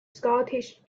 scottish